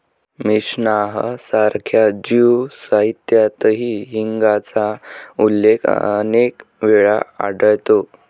Mishnah सारख्या Jew साहित्यातही हिंगाचा उल्लेख अनेक वेळा आढळतो